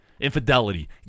Infidelity